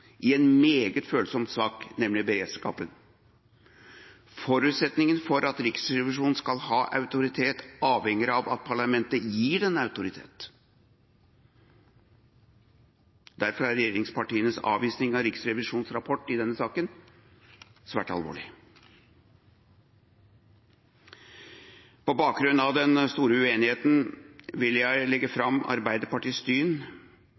konkret, en meget følsom sak, nemlig beredskapen: Forutsetningen for at Riksrevisjonen skal ha autoritet er at parlamentet gir den autoritet. Derfor er regjeringspartienes avvisning av Riksrevisjonenes rapport i denne saken svært alvorlig. På bakgrunn av den store uenigheten vil jeg legge fram Arbeiderpartiets syn,